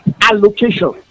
allocation